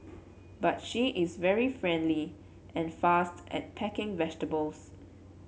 but she is very friendly and fast at packing vegetables